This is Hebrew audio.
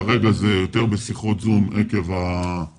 כרגע זה יותר בשיחות זום עקב הקורונה.